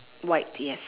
white yes